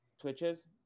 Twitches